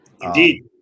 Indeed